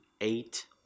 eight